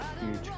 Huge